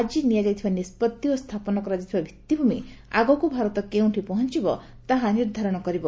ଆକି ନିଆଯାଇଥିବା ନିଷ୍ବତ୍ତି ଓ ସ୍ରାପନ କରାଯାଇଥିବା ଭିଉିଭ୍ରମି ଆଗକୁ ଭାରତ କେଉଁଠି ପହଞିବ ତାହା ନିର୍କ୍କାରଣ କରିବ